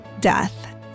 death